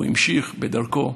הוא המשיך בדרכו,